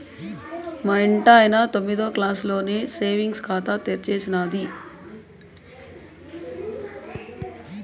మా ఇంటాయన తొమ్మిదో క్లాసులోనే సేవింగ్స్ ఖాతా తెరిచేసినాది